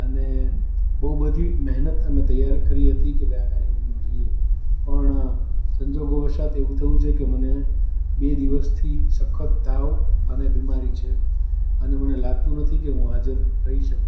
અને બહુ બધી મહેનત અમે તૈયાર કરી હતી કે આ કાર્યક્રમમાં જઈએ પણ સંજોગો વસાત એવું થયું છે કે મને બે દિવસથી સખત તાવ અને બીમારી છે અને મને લાગતું નથી કે હું હાજર રહી શકું